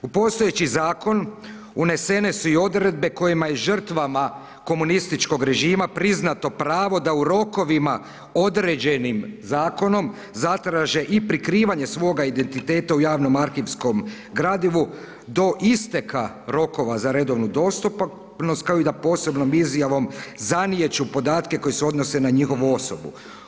U postojeći zakon unesene su i odredbe kojima je žrtvama komunističkog režima priznato pravo da u rokovima određenim zakonom zatraže i prikrivanje svoga identiteta u javnom arhivskom gradivu do isteka rokova za redovnu dostupnost kao i da posebnom izjavom zaniječu podatke koji se odnose na njihovu osobu.